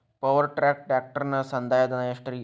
Power track ಟ್ರ್ಯಾಕ್ಟರನ ಸಂದಾಯ ಧನ ಎಷ್ಟ್ ರಿ?